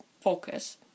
focus